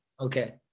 Okay